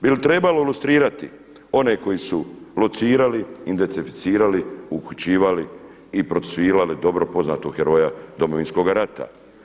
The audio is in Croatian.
Bi li trebalo lustrirati one koji su locirali, identificirali, uhićivali i procesuirali dobro poznatog heroja Domovinskog rata?